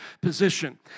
position